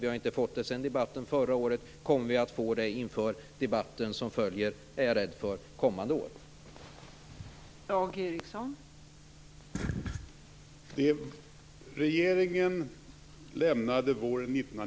Vi har inte fått det sedan debatten förra året. Kommer vi att få det inför debatten som följer kommande år? Jag är rädd för det.